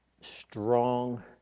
strong